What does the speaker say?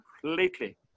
completely